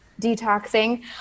detoxing